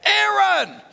Aaron